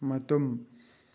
ꯃꯇꯨꯝ